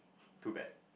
too bad